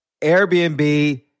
Airbnb